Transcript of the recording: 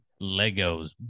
Legos